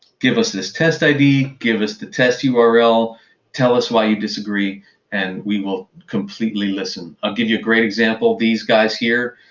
give us this test id, give us the test ah url, tell us why you disagree and we will completely listen. i'll give you a great example. these guys here.